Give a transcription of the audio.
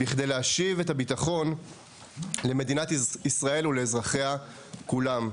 בכדי להשיב את הבטחון למדינת ישראל ולאזרחיה כולם.